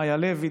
מיה לוי,